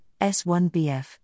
S1BF